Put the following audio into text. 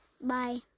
Bye